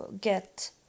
get